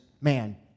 man